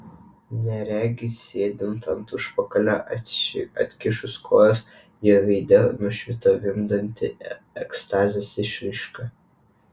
neregiui sėdint ant užpakalio atkišus kojas jo veide nušvito vimdanti ekstazės išraiška